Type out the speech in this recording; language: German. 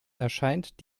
erscheint